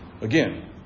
Again